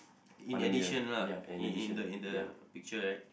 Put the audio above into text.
in addition lah in in the in the picture right